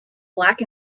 black